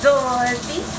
Dorothy